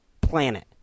planet